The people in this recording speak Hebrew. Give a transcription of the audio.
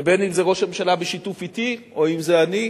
ואם ראש הממשלה בשיתוף אתי, או אם אני,